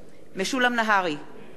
נגד אורית נוקד,